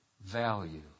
value